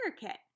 kit